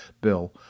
bill